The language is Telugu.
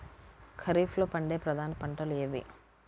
ఖరీఫ్లో పండే ప్రధాన పంటలు ఏవి?